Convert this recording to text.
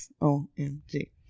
OMG